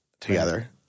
together